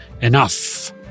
enough